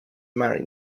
marry